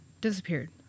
Disappeared